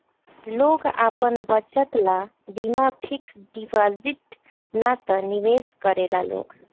लोग आपन बचत ला बीमा फिक्स डिपाजिट ना त निवेश करेला लोग